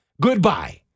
Goodbye